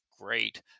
great